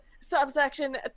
subsection